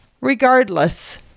regardless